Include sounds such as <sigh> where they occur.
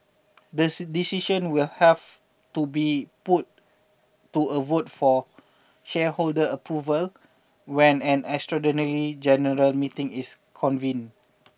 the <unintelligible> decision will have to be put to a vote for shareholder approval when an extraordinary general meeting is convened